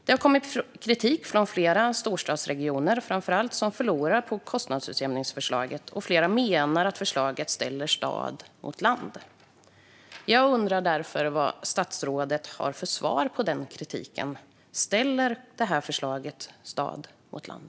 Det har kommit kritik från flera storstadsregioner, framför allt från sådana som förlorar på kostnadsutjämningsförslaget. Flera menar att förslaget ställer stad mot land. Jag undrar därför vad statsrådet har för svar på denna kritik. Ställer detta förslag stad mot land?